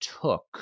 took